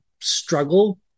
struggle